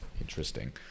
interesting